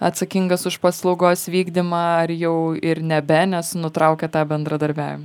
atsakingas už paslaugos vykdymą ar jau ir nebe nes nutraukė tą bendradarbiavimą